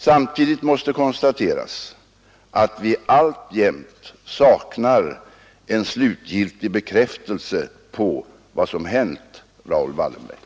Samtidigt måste konstateras att vi alltjämt saknar en slutgiltig bekräftelse på vad som hänt Raoul Wallenberg.